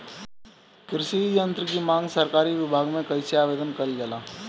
कृषि यत्र की मांग सरकरी विभाग में कइसे आवेदन कइल जाला?